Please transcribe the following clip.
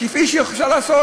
כפי שאפשר לעשות.